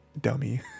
dummy